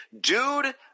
Dude